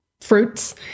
fruits